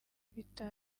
bitaba